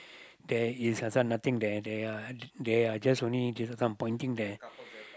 there is also nothing there there are there are just only just some pointing there